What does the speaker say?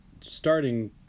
starting